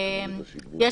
הממונה.".